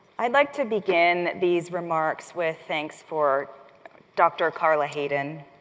i'd like to begin these remarks with thanks for dr. carla hayden,